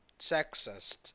sexist